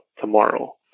tomorrow